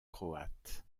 croate